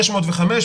שש מאות וחמש,